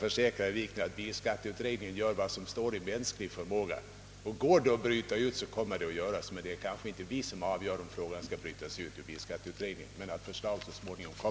Men vi i bilskatteutredningen gör vad som står i mänsklig förmåga. Går det att bryta ut denna fråga, kommer det att göras, men det är kanske inte vi som avgör om frågan skall brytas ut. Men förslag kommer så småningom.